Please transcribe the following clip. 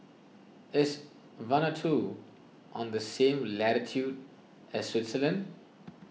is Vanuatu on the same latitude as Switzerland